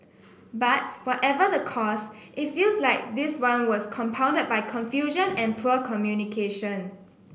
but whatever the cause it feels like this one was compounded by confusion and poor communication